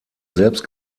selbst